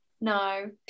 No